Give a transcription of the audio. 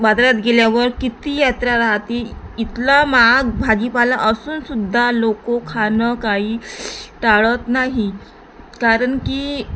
बाजारात गेल्यावर किती यात्रा राहते इथला माग भाजीपाला असून सुद्धा लोक खाणं काही टाळत नाही कारणकी